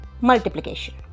multiplication